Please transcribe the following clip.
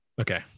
Okay